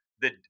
the-